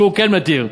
שהוא כן מתיר,